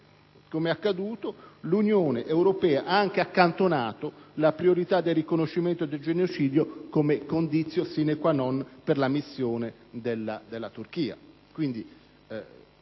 come è accaduto, l'Unione europea ha anche accantonato la priorità del riconoscimento del genocidio come *conditio sine qua non* per l'ammissione della Turchia.